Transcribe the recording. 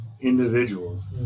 individuals